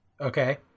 Okay